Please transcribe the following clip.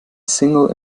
single